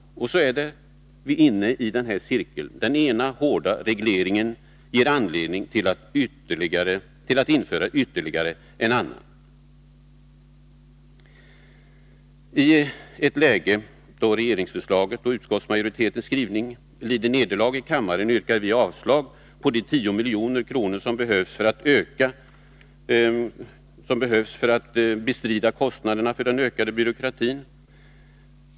Och så är vi inne i cirkeln. Den ena hårda regleringen ger anledning till att införa ytterligare en annan. I ett läge då regeringsförslaget och utskottsmajoritetens skrivning lider nederlag i kammaren yrkar vi avslag på de 10 milj.kr. som behövs för att bestrida kostnaderna för den ökade byråkratin.